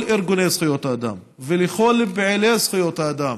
ארגוני זכויות האדם ולכל פעילי זכויות האדם,